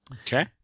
Okay